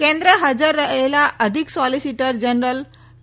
કેન્દ્ર હાજર રહેલા અધિક સોલીસીટર જનરલ કે